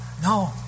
No